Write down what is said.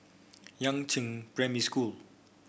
Yangzheng Primary School